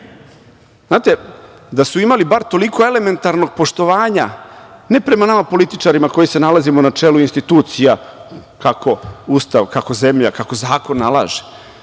zemlje. Znate, da su imali bar toliko elementarnog poštovanja ne prema nama političarima koji se nalazimo na čelu institucija, kako Ustav, kako zemlja, kako zakon nalaže,